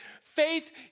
Faith